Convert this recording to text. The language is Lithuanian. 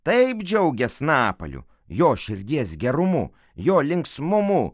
taip džiaugės napaliu jo širdies gerumu jo linksmumu